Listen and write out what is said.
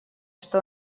что